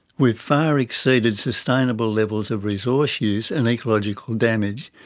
we've far exceeded sustainable levels of resource use and ecological damage,